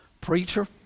preacher